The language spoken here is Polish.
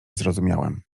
zrozumiałem